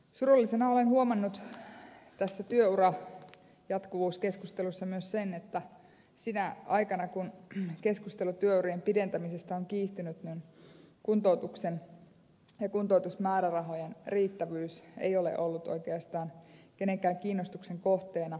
surullisena olen huomannut tässä työurajatkuvuuskeskustelussa myös sen että sinä aikana kun keskustelu työurien pidentämisestä on kiihtynyt kuntoutuksen ja kuntoutusmäärärahojen riittävyys ei ole ollut oikeastaan kenenkään kiinnostuksen kohteena